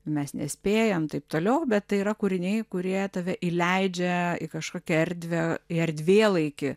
mes nespėjam taip toliau bet tai yra kūriniai kurie tave įleidžia į kažkokią erdvę ir erdvėlaikį